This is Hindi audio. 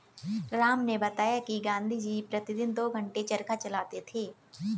राम ने बताया कि गांधी जी प्रतिदिन दो घंटे चरखा चलाते थे